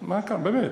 דקה.